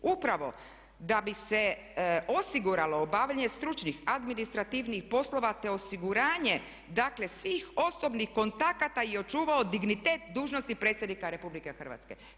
Upravo da bi se osiguralo obavljanje stručnih administrativnih poslova te osiguranje dakle svih osobnih kontakata i očuvao dignitet dužnosti predsjednika Republike Hrvatske.